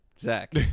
Zach